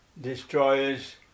destroyers